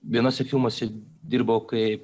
vienuose filmuose dirbau kaip